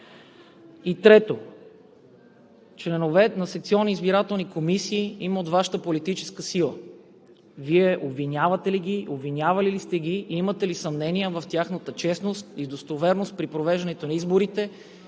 И трето, членове на секционни избирателни комисии има от Вашата политическа сила. Вие обвинявате ли ги, обвинявали ли сте ги и имате ли съмнения в тяхната честност и достоверност при провеждането на изборите